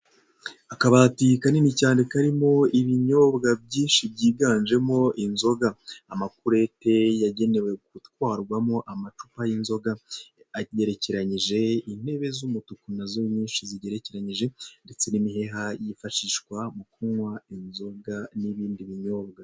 Akabti kanini cyane karimo ibinyobwa byinshi byiganjemo inzoga, amakurete yagenewe gutwarwamo amacupa y'inzoga ajyerekeranyije intebe z'umutuku nyinshi nazo zigerekeranyije ndetse n'imiheha yifashishwa mu kunywa inzoga n'ibindi binyobwa.